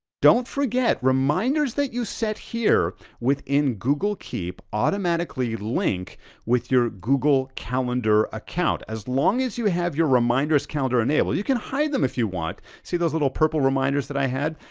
don't forget reminders that you set here with the google keep automatically link with your google calendar account. as long as you have your reminders calendar enabled, you can hide them if you want. see those little purple reminders that i had,